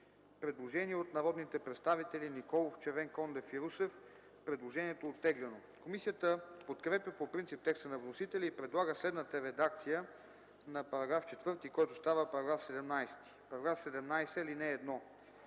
Предложение от народните представители Николов, Червенкондев и Русев. Предложението е оттеглено. Комисията подкрепя по принцип текста на вносителя и предлага следната редакция на § 4, който става § 17: „§ 17. (1) За енергийни